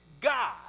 God